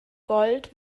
gold